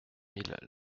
mille